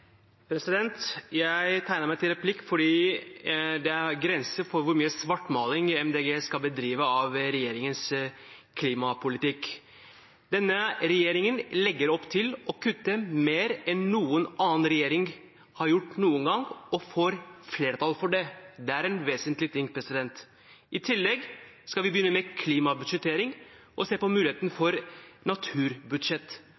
grenser for hvor mye svartmaling Miljøpartiet De Grønne skal bedrive av regjeringens klimapolitikk. Denne regjeringen legger opp til å kutte mer enn noen annen regjering har gjort noen gang, og får flertall for det. Det er en vesentlig ting. I tillegg skal vi begynne med klimabudsjettering og se på muligheten